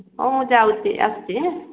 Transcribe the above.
ଯାଉଛି ଆସୁଛି